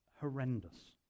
horrendous